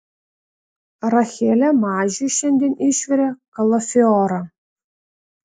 rachelė mažiui šiandien išvirė kalafiorą